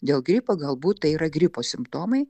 dėl gripo galbūt tai yra gripo simptomai